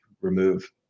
remove